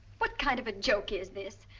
what kind of a joke is this?